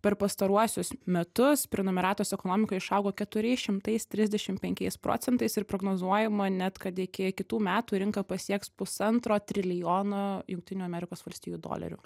per pastaruosius metus prenumeratos ekonomika išaugo keturiais šimtais trisdešimt penkiais procentais ir prognozuojama net kad iki kitų metų rinka pasieks pusantro trilijono jungtinių amerikos valstijų dolerių